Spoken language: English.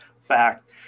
fact